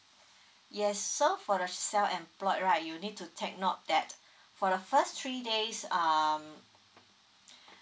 yes so for the self employed right you need to take note that for the first three days um